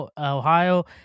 Ohio